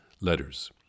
Letters